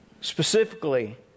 Specifically